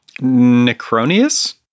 Necronius